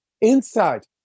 inside